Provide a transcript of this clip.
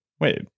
Wait